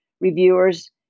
reviewers